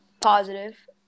positive